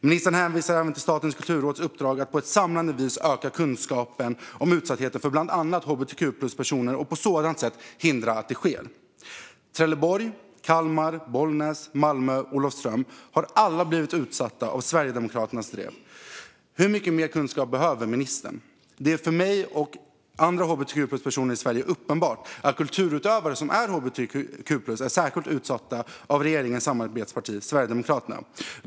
Ministern hänvisar även till Statens kulturråds uppdrag att på ett samlande vis öka kunskapen om utsattheten för bland annat hbtq-plus-personer och på sådant sätt hindra att detta sker. Trelleborg, Kalmar, Bollnäs, Malmö och Olofström har alla blivit utsatta för Sverigedemokraternas drev. Hur mycket mer kunskap behöver ministern? Det är för mig och andra hbtq-plus-personer i Sverige uppenbart att kulturutövare som är hbtq-plus är särskilt utsatta av regeringens samarbetsparti Sverigedemokraterna.